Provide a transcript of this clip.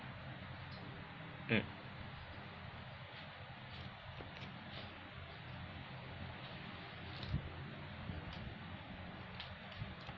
mm